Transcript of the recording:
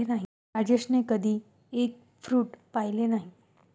राजेशने कधी egg fruit पाहिलं नाही